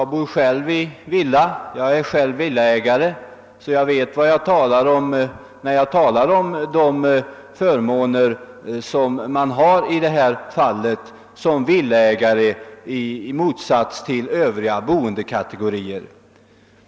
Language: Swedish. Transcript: Herr talman! Jag är själv villaägare så jag vet vad jag talar om beträffande de förmåner som villaägarna har i motsats till övriga boendekategorier.